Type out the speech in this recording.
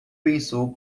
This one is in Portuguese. pensou